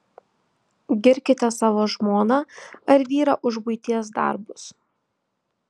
girkite savo žmoną ar vyrą už buities darbus